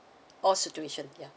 all situation ya